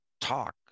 talk